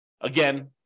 Again